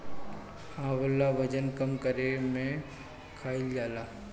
आंवला वजन कम करे में खाईल जाला